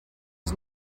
was